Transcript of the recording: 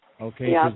Okay